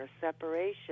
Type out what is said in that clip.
separation